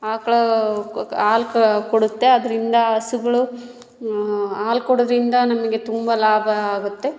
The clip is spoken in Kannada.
ಆಕಳ ಹಾಲು ಕ ಕೊಡುತ್ತೆ ಅದರಿಂದ ಹಸುಗ್ಳು ಹಾಲು ಕೊಡೋದರಿಂದ ನಮಗೆ ತುಂಬ ಲಾಭ ಆಗುತ್ತೆ